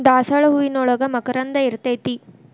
ದಾಸಾಳ ಹೂವಿನೋಳಗ ಮಕರಂದ ಇರ್ತೈತಿ